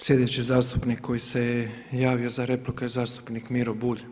Sljedeći zastupnik koji se je javio za repliku je zastupnik Miro Bulj.